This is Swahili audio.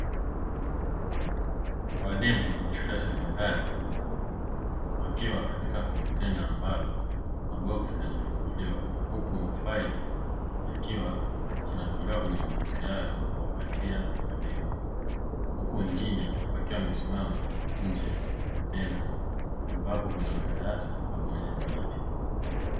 Walimu wa shule ya sekondari wakiwa katika kontena ambalo maboksi yanafunguliwa huku mafaili yakiwa yanatolewa kwenye maboksi hayo na kuwapatia walimu, huku wengine wakiwa wamesimama nje ya kontena ambapo kuna madarasa pamoja na miti.